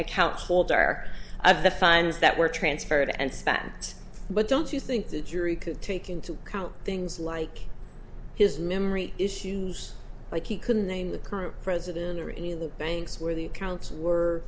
account holder of the funds that were transferred and spent but don't you think the jury could take into account things like his memory issues like he couldn't name the current president or any of the banks where the accounts were